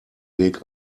weg